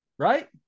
Right